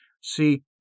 See